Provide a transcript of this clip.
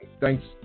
thanks